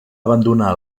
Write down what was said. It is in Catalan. abandonar